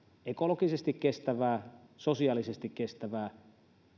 ekologisesti kestävää sosiaalisesti kestävää